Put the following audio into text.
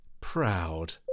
proud